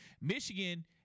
Michigan